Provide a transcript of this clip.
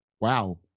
Wow